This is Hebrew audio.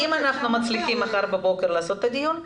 אם אנחנו מצליחים מחר בבוקר לקיים את הדיון,